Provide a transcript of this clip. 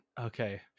Okay